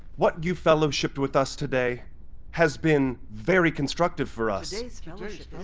what you've fellowshiped with us today has been very constructive for us. today's fellowship